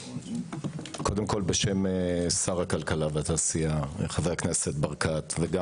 קודם כל בשם שר הכלכלה והתעשייה חבר הכנסת ברקת וגם